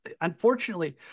unfortunately